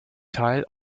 teil